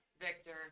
Victor